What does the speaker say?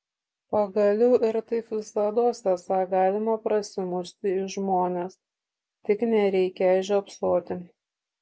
pagaliau ir taip visados esą galima prasimušti į žmones tik nereikią žiopsoti